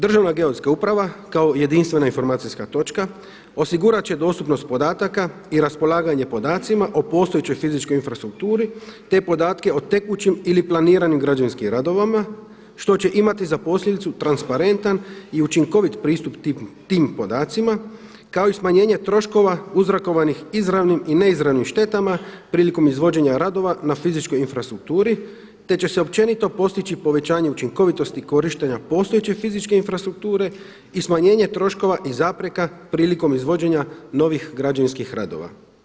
Državna geodetska uprava kao jedinstvena informacijska točka osigurat će dostupnost podataka i raspolaganje podacima o postojećoj fizičkoj infrastrukturi, te podatke o tekućim ili planiranim građevinskim radovima što će imati za posljedicu transparentan i učinkovit pristup tim podacima kao i smanjenje troškova uzrokovanih izravnim i neizravnim štetama prilikom izvođenja radova na fizičkoj infrastrukturi, te će se općenito postići povećanje učinkovitosti korištenja postojeće fizičke infrastrukture i smanjenje troškova i zapreka prilikom izvođenja novih građevinskih radova.